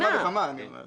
על אחת כמה וכמה, אני אומר.